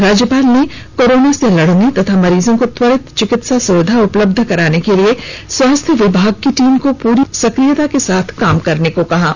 राज्यपाल ने कोरोना से लड़ने तथा मरीजों को त्वरित चिकित्सा सुविधा उपलब्ध कराने के लिए स्वास्थ्य विभाग की टीम को पूरी सक्रियता के साथ काम करने को कहा है